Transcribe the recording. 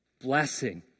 blessing